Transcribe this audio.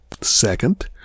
Second